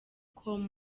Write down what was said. com